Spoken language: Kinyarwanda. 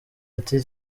ati